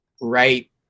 right